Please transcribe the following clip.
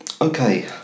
Okay